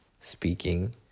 speaking